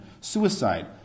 suicide